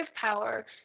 power